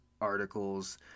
articles